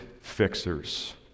fixers